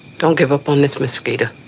don't give up on this, miss skeeter.